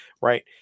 Right